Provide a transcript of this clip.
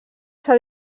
s’ha